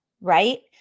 right